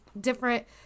different